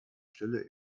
stelle